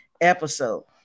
episode